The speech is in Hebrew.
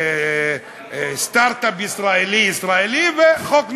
סטרט-אפ ישראלי-ישראלי, וחוק נורבגי,